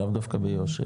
לאו דווקא ביו"ש,